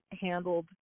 handled